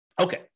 Okay